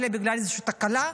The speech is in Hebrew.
אלא בגלל איזושהי תקלה,